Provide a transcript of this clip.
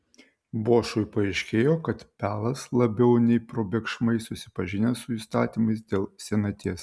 bošui paaiškėjo kad pelas labiau nei probėgšmais susipažinęs su įstatymais dėl senaties